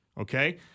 okay